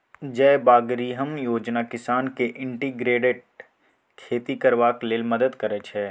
जयबागरिहम योजना किसान केँ इंटीग्रेटेड खेती करबाक लेल मदद करय छै